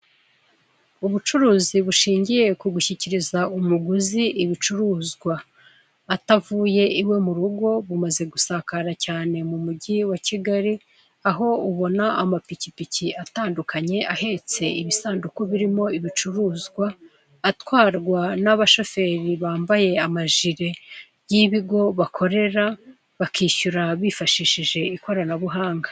Ubucuruzi bushingiye kugushyikiriza umuguzi ibicuruzwa atavuye iwe mu bugo bumaze gusakara cyane mu mugi wa Kigali aho ubona amapikipiki atandukanye ahetse ibisanduku birimo ibicuruzwa atarwa n'abashoferi bambara amajiri y'ibigo bakorera bakishyura bifashishije ikoranabuhanga .